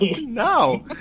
No